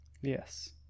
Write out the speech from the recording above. Yes